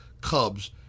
Cubs